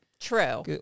True